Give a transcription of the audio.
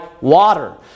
water